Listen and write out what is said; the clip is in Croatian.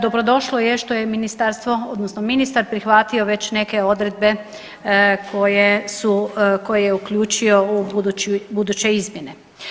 Dobrodošlo je što je Ministarstvo, odnosno ministar prihvatio već neke odredbe koje su, koje je uključio u buduće izmjene.